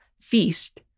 feast